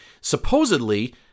Supposedly